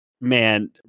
man